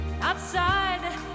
Outside